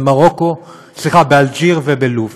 באלג'יר ובלוב,